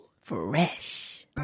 Fresh